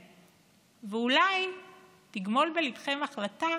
נתניהו וחסידיו חצו את הגבול בריצת האמוק מדמוקרטיה